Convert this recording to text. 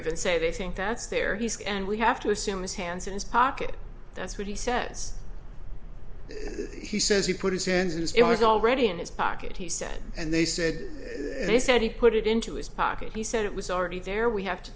even say they think that's there he is and we have to assume his hands in his pocket that's what he says he says he put his hands in his it was already in his pocket he said and they said they said he put it into his pocket he said it was already there we have to